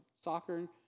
soccer